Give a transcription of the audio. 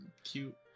cute